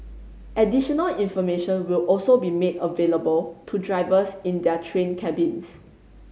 additional information will also be made available to drivers in their train cabins